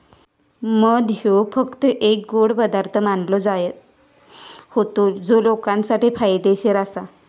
मध ह्यो फक्त एक गोड पदार्थ मानलो जायत होतो जो लोकांसाठी फायदेशीर आसा